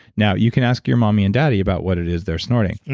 now you can ask your mommy and daddy about what it is they're snorting.